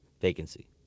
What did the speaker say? vacancy